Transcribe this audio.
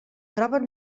troben